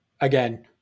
again